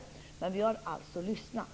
Men utskottet har alltså lyssnat.